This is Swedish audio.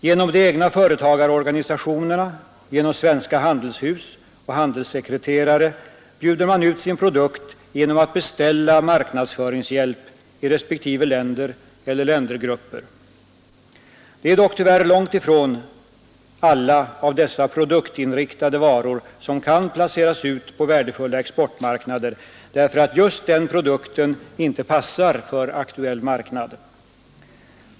Genom de egna företagarorganisationerna, genom svenska handelshus och handelssekreterare bjuder man ut sin produkt genom att beställa marknadsföringshjälp i respektive länder eller ländergrupper. Det är dock tyvärr långt ifrån alla av dessa produktinriktade varor som kan placeras ut på värdefulla exportmarknader därför att just den produkten inte passar för aktuell marknad.